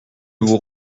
vous